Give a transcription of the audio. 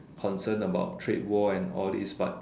concern about trade war and all these but